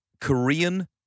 Korean